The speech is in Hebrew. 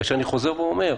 כאשר אני חוזר ואומר: